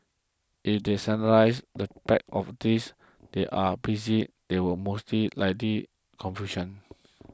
if they standardise the packs of this they are busy there will most likely confusion